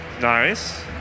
Nice